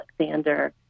alexander